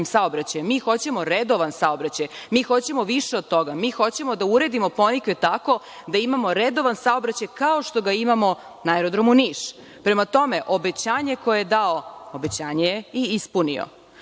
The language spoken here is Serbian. mi hoćemo redovan saobraćaj, mi hoćemo više od toga, mi hoćemo da uredimo „Ponikve“ tako da imamo redovan saobraćaj kao što ga imamo na Aerodromu Niš. Prema tome, obećanje koje je dao, obećanje je i ispunio.